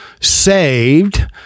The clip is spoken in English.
saved